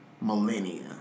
millennia